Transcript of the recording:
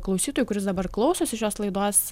klausytojui kuris dabar klausosi šios laidos